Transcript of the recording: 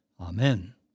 Amen